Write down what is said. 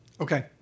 Okay